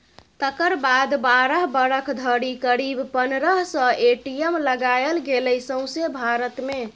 तकर बाद बारह बरख धरि करीब पनरह सय ए.टी.एम लगाएल गेलै सौंसे भारत मे